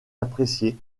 apprécié